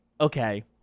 Okay